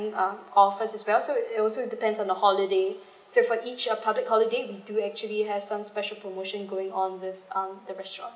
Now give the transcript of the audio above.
um offers as well so it also depends on the holiday so for each of public holiday we do actually have some special promotion going on with um the restaurant